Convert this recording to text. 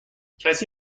کسی